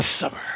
summer